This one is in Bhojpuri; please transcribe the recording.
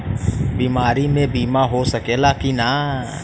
बीमारी मे बीमा हो सकेला कि ना?